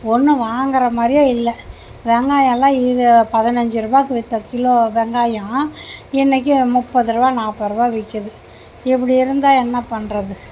ஒன்றும் வாங்கிற மாதிரியே இல்லை வெங்காயெலாம் இது பதினைஞ்சி ரூபாய்க்கு கிலோ வெங்காயம் இன்னிக்கி முப்பது ரூபா நாற்பது ரூபா விற்கிது இப்படி இருந்தால் என்ன பண்ணுறது